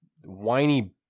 whiny